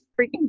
freaking